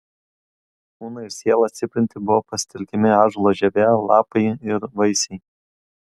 kūną ir sielą stiprinti buvo pasitelkiami ąžuolo žievė lapai ir vaisiai